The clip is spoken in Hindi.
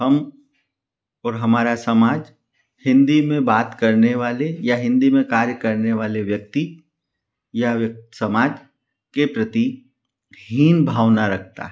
हम और हमारा समाज हिन्दी में बात करने वाले या हिन्दी में कार्य करने वाले व्यक्ति या समाज के प्रति हीन भावना रखता है